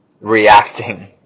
reacting